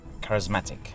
charismatic